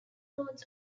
roads